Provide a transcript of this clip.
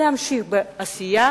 להמשיך בעשייה